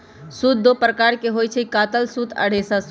सूत दो प्रकार के होई छई, कातल सूत आ रेशा सूत